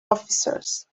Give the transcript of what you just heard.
officers